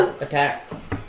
Attacks